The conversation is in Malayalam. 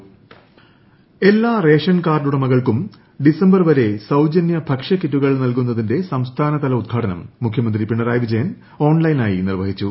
ഭക്ഷ്യക്കിറ്റ് ഇൻട്രോ എല്ലാ റേഷൻ കാർഡുടമകൾക്കും ഡിസംബർ വരെ സൌജന്യ ഭക്ഷ്യക്കിറ്റുകൾ നൽകുന്നതിന്റെ സംസ്ഥാനതല ഉദ്ഘാടനം മുഖ്യമന്ത്രി പിണറായി വിജയൻ ഓൺലൈനായി നിർവ്വഹിച്ചു